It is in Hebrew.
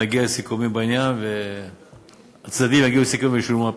נגיע לסיכומים בעניין והצדדים יגיעו לסיכום וישולמו הפיצויים.